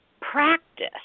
practice